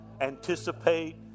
anticipate